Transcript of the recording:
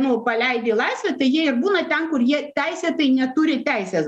nu paleidi į laisvę tai jie ir būna ten kur jie teisėtai neturi teisės